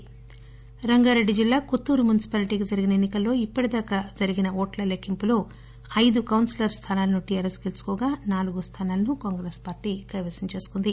కొత్తూరు రంగారెడ్డి జిల్లా కొత్తూరు మున్పిపాలిటీ కి జరిగినఎన్సి కల్లో ఇప్పటిదాకా జరిగిన ఓట్ల లెక్కింపులో ఐదు కౌన్పిలర్ స్థానాలను టిఆర్ఎస్ గెలుచుకోగా నాలుగు స్థానాలను కాంగ్రెస్ పార్టీ కైవసం చేసుకుంది